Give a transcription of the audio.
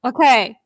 Okay